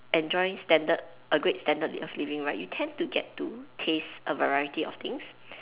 enjoy standard a great standard of living right you tend to get to taste a variety of things